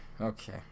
okay